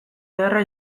ederra